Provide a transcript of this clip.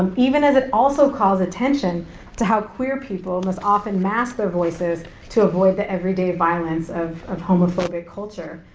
um even as it also calls attention to how queer people must often mask their voices to avoid the everyday violence of of homophobic culture.